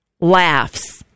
laughs